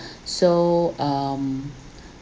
so um